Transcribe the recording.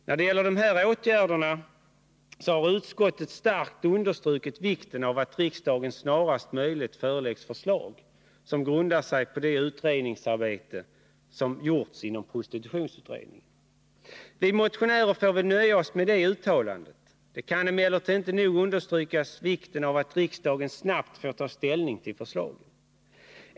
När det gäller de här åtgärderna har utskottet starkt understrukit vikten av att riksdagen snarast möjligt föreläggs förslag, som grundar sig på det utredningsarbete som gjorts inom prostitutionsutredningen. Vi motionärer får väl nöja oss med det uttalandet. Man kan emellertid inte nog understryka vikten av att riksdagen snabbt får ta ställning till förslagen.